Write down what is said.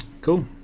cool